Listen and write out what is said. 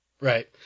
Right